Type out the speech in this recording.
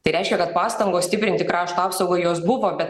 tai reiškia kad pastangos stiprinti krašto apsaugą jos buvo bet